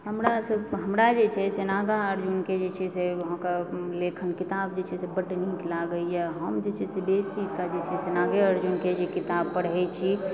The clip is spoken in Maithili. हमरा सब हमरा जे छै से नागार्जुनके जे छै से अहाँके लिखल किताब जे छै से बड्ड नीक लागइए हम जे छै से बेसीके जे छै से नागार्जुनके ही किताब पढ़य छी